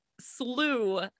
slew